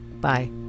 Bye